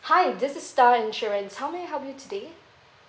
hi this is star insurance how may I help you today